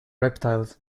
reptiles